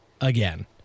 again